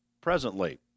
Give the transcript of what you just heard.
presently